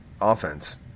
offense